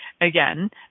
Again